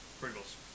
Pringles